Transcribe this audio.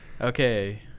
Okay